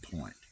point